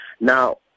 Now